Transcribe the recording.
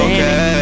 Okay